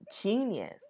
genius